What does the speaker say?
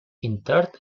interred